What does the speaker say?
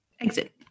Exit